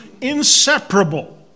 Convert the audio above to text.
inseparable